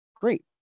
Great